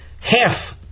half